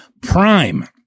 prime